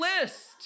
list